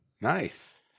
Nice